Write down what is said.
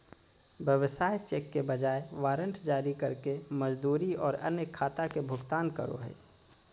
व्यवसाय चेक के बजाय वारंट जारी करके मजदूरी और अन्य खाता के भुगतान करो हइ